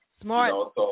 Smart